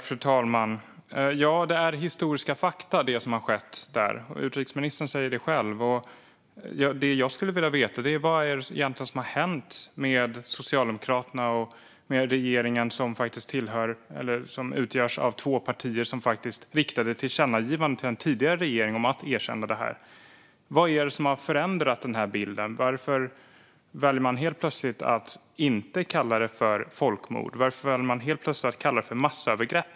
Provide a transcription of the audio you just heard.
Fru talman! Ja, det som har skett är historiska fakta. Det säger utrikesministern själv. Det jag skulle vilja veta är vad som egentligen har hänt med Socialdemokraterna och med regeringen, som utgörs av två partier som faktiskt riktade ett tillkännagivande till den tidigare regeringen om att erkänna det här. Vad är det som har förändrat bilden? Varför väljer man helt plötsligt att inte kalla det för folkmord? Varför väljer man plötsligt att kalla det för massövergrepp?